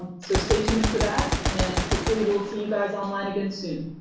so stay tuned for that and hopefully we'll see you guys online again soon.